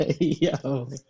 yo